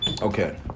Okay